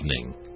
Evening